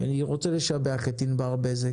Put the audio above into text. אני רוצה לשבח את ענבר בזק,